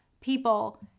people